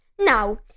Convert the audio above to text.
Now